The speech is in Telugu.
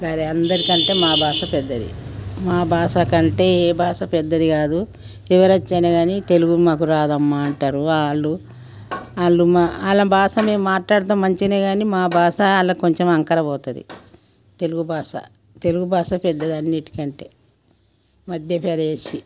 గది అందరి కంటే మా భాష చాలా పెద్దది మా బాసకంటే ఏ భాష పెద్దది కాదు ఎవరొచ్చినా గానీ తెలుగు మాకురాదమ్మ అంటారు ఆళ్ళు వాళ్ళు మా వాళ్ళ బాస మేము మాట్లాడుతాం మంచిగనే కానీ మా భాష వాళ్ళకు కొంచెం అంకర పోతుంది తెలుగు భాష తెలుగు భాష పెద్దదన్నిటికంటే మధ్యప్రదేశి